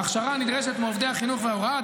ההכשרה הנדרשת מעובדי החינוך וההוראה,